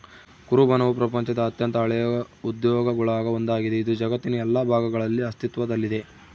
ಕುರುಬನವು ಪ್ರಪಂಚದ ಅತ್ಯಂತ ಹಳೆಯ ಉದ್ಯೋಗಗುಳಾಗ ಒಂದಾಗಿದೆ, ಇದು ಜಗತ್ತಿನ ಎಲ್ಲಾ ಭಾಗಗಳಲ್ಲಿ ಅಸ್ತಿತ್ವದಲ್ಲಿದೆ